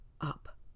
up